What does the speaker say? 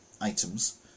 items